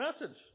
message